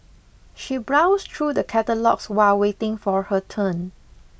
she browsed through the catalogues while waiting for her turn